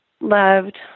Loved